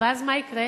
ואז מה יקרה?